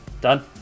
Done